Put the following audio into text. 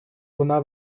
вона